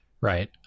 Right